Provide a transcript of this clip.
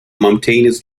mountainous